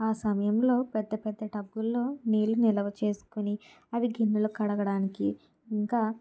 ఆ సమయంలో పెద్దపెద్ద టబ్బుల్లో నీళ్ళు నిలువ చేసుకొని అవి గిన్నెలు కడగడానికి ఇంకా